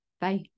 Bye